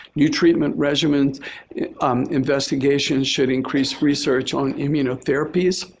new treatment regimen um investigation should increase research on immunotherapies.